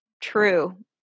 true